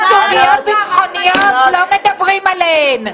כשיש סוגיות ביטחוניות, לא מדברים עליהן.